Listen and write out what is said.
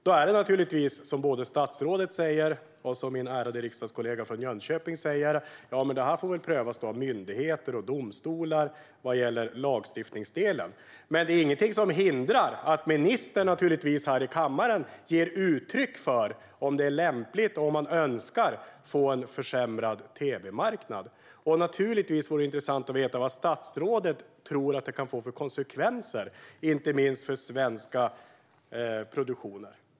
Då är det som både statsrådet och min ärade riksdagskollega från Jönköping säger: Det här får prövas av myndigheter och domstolar vad gäller lagstiftningsdelen. Men det är ingenting som hindrar att ministern här i kammaren uttrycker om det är lämpligt och om man önskar få en försämrad tv-marknad. Naturligtvis vore det också intressant att veta vad statsrådet tror att det kan få för konsekvenser, inte minst för svenska produktioner.